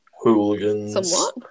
Hooligans